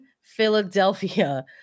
Philadelphia